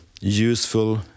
useful